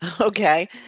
Okay